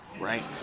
right